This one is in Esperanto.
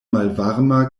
malvarma